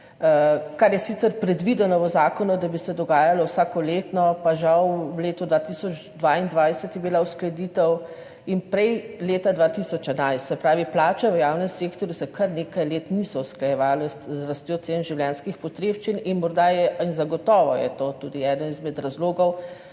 kar je sicer predvideno v zakonu, da bi se dogajalo vsakoletno, pa je bila žal v letu 2022 uskladitev in prej leta 2011. Se pravi, plače v javnem sektorju se kar nekaj let niso usklajevale z rastjo cen življenjskih potrebščin in morda je in zagotovo je to tudi eden izmed razlogov,